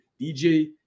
DJ